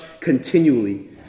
continually